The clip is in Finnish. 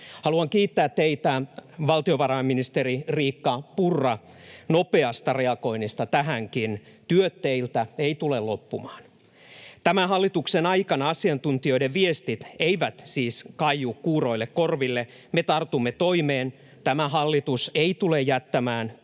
Haluan kiittää teitä, valtiovarainministeri Riikka Purra, nopeasta reagoinnista tähänkin. Työt teiltä eivät tule loppumaan. Tämän hallituksen aikana asiantuntijoiden viestit eivät siis kaiu kuuroille korville. Me tartumme toimeen. Tämä hallitus ei tule jättämään työtään